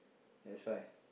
that's why